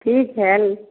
ठीक है